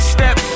Step